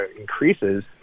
increases